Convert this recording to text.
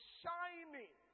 shining